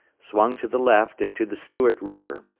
swung to the left into the stewart river,